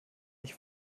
ich